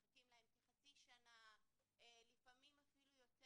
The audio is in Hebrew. מחכים להם כחצי שנה ולפעמים אפילו יותר